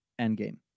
Endgame